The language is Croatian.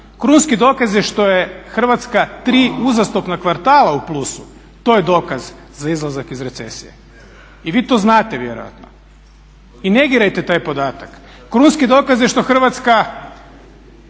Krunski dokaz je što je Hrvatska tri uzastopna kvartala u plusu, to je dokaz za izlazak iz recesije. I vi to znate vjerojatno i negirajte taj podatak. Krunski dokaz je što Hrvatska